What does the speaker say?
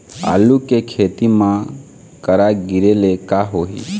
आलू के खेती म करा गिरेले का होही?